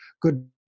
good